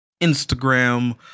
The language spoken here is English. Instagram